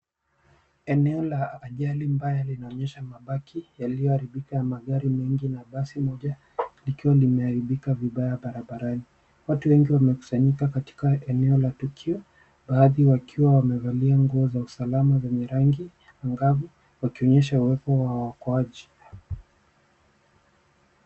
Eneo la ajali mbaya linaonyesha mapaki yalioaribika ya magari mengi na basi moja likiwa limearibika vibaya barabarani. Watu wengi wamekusanyika katika eneo la tukio bahati wakiwa wamevalia nguo za usalama zenye rangi angavu wakionyesha uwepo wao wa uokoaji.